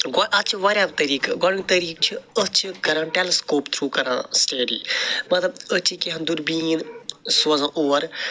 گوٚو اتھ چھِ وارِیاہ طٔریٖقہٕ گۄڈنیُک طٔریٖقہٕ چھُ أتھۍ چھِ کَران ٹٮ۪لٕسکوپ تھرٛوٗ کَران سِٹیٚڈی مطلب أسۍ چھِ کیٚنٛہہ دوٗربیٖن سوزان اور